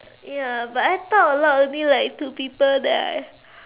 ya but I talk a lot only like to people that I